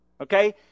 Okay